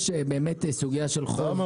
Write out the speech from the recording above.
יש באמת סוגיה של חוב --- למה?